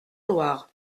loire